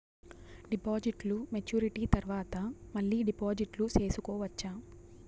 డిపాజిట్లు మెచ్యూరిటీ తర్వాత మళ్ళీ డిపాజిట్లు సేసుకోవచ్చా?